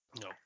no